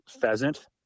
pheasant